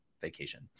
vacation